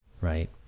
right